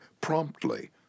promptly